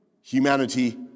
humanity